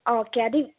okay അത്